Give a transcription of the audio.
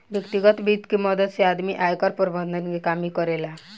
व्यतिगत वित्त के मदद से आदमी आयकर प्रबंधन के काम भी करेला